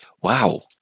wow